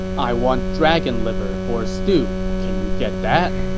i want dragon liver for a stew. can you get that?